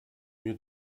mir